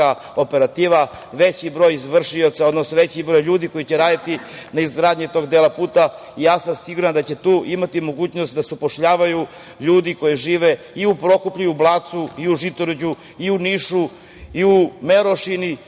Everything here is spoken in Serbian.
operativa, veći broj izvršioca, odnosno veći broj ljudi koji će raditi na izgradnji tog dela puta. Siguran sam da će tu imati mogućnost da zapošljavaju ljude koji žive u Prokuplju, u Blacu, u Žitorađu, u Nišu, u Merošini,